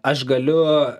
aš galiu